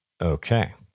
Okay